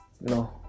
no